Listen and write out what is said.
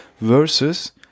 versus